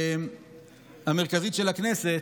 המרכזית של הכנסת,